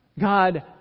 God